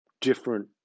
different